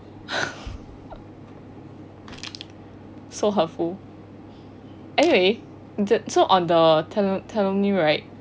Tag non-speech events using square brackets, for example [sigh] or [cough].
[laughs] so helpful eh so on the tellonym right